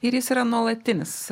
ir jis yra nuolatinis